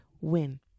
win